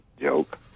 joke